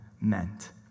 meant